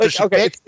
Okay